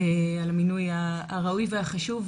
אני רוצה להתחיל בברכות על המינוי הראוי והחשוב.